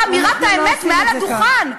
ואתם לא עומדים באמירת האמת מעל הדוכן.